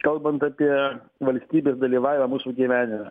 kalbant apie valstybės dalyvavimą mūsų gyvenime